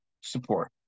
support